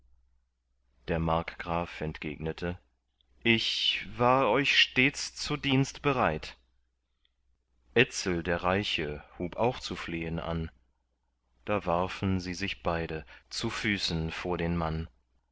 der markgraf entgegnete ich war euch stets zu dienst bereit etzel der reiche hub auch zu flehen an da warfen sie sich beide zu füßen vor den mann